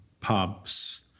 pubs